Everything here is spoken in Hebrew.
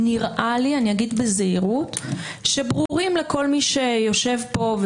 נראה לי שהם ברורים לכל מי שיושב פה.